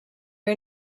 are